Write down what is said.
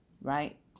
right